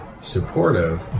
supportive